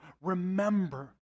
remember